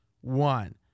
one